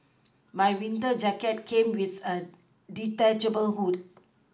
my winter jacket came with a detachable hood